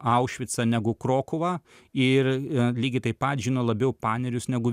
aušvicą negu krokuvą ir lygiai taip pat žino labiau panerius negu